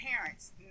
parents